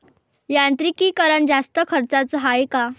यांत्रिकीकरण जास्त खर्चाचं हाये का?